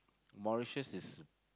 Mauritius is